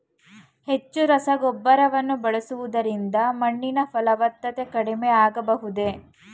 ಹೆಚ್ಚು ರಸಗೊಬ್ಬರವನ್ನು ಬಳಸುವುದರಿಂದ ಮಣ್ಣಿನ ಫಲವತ್ತತೆ ಕಡಿಮೆ ಆಗಬಹುದೇ?